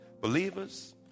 Believers